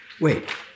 Wait